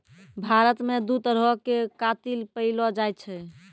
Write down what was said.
भारत मे दु तरहो के कातिल पैएलो जाय छै